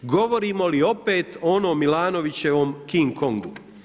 Govorimo li opet o onom milanovićevom King-Kongu.